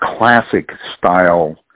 classic-style